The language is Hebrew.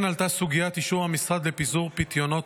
כן עלתה סוגיית אישור המשרד לפיזור פיתיונות